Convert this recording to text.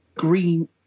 Green